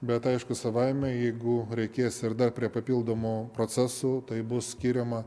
bet aišku savaime jeigu reikės ir dar prie papildomo proceso tai bus skiriama